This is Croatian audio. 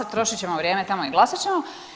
Trošit ćemo vrijeme tamo i glasat ćemo.